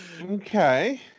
Okay